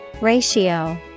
Ratio